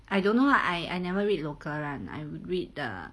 I don't know lah I I never read local [one] I read the